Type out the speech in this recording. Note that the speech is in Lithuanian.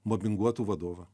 mobinguotų vadovą